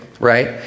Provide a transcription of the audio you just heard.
right